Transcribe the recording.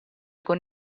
con